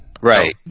Right